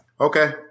Okay